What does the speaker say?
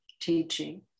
teaching